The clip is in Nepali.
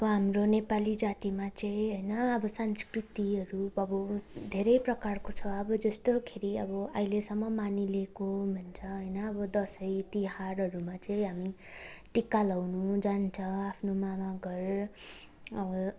अब हाम्रो नेपाली जातिमा चाहिँ होइन अब सांस्कृतिहरू अब धेरै प्रकारको छ अब जस्तोखेरि अब आइलेसम्म मानिलिएको भन्छ होइन अब दसैँ तिहारहरूमा चाहिँ हामी टिका लाउनु जान्छ आफ्नो मामा घर